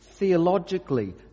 theologically